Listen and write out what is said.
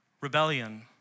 rebellion